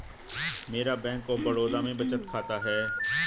मेरा bank of Baroda में बचत खाता है